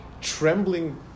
trembling